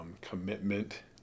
commitment